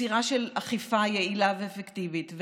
יצירה של אכיפה יעילה ואפקטיבית.